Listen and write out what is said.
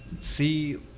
see